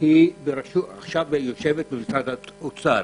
יושבת עכשיו במשרד האוצר.